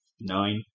Nine